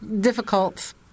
difficult